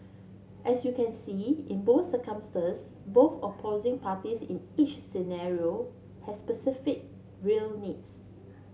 as you can see in both circumstances both opposing parties in each scenario has specific real needs